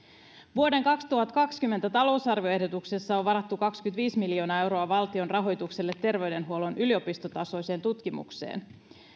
vuoden kaksituhattakaksikymmentä talousarvioehdotuksessa on varattu kaksikymmentäviisi miljoonaa euroa valtion rahoitusta terveydenhuollon yliopistotasoiseen tutkimukseen